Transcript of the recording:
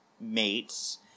mates